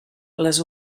les